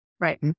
Right